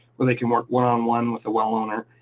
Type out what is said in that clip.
where they can work one on one with a well owner.